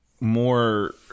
more